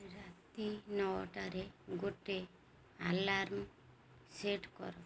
ରାତି ନଅଟାରେ ଗୋଟେ ଆଲାର୍ମ ସେ କର